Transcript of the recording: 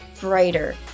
brighter